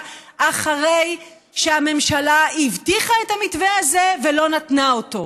אחרי שהממשלה הבטיחה את המתווה הזה ולא נתנה אותו.